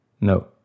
No